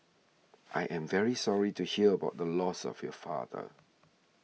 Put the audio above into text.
I am very sorry to hear about the loss of your father